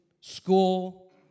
school